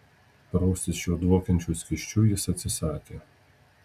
praustis šiuo dvokiančiu skysčiu jis atsisakė